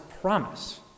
promise